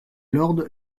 lord